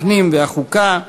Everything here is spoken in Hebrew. הפנים והחוקה,